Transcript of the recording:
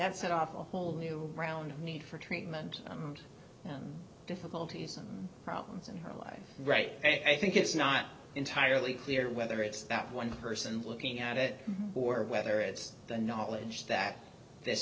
that set off a whole new round of need for treatment and difficulties and problems in her life right now i think it's not entirely clear whether it's that one person looking at it or whether it's the knowledge that this